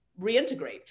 reintegrate